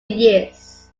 years